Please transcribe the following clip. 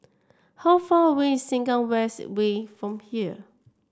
how far away is Sengkang West Way from here